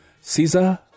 Caesar